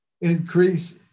increase